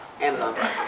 Amazon